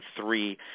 three